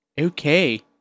Okay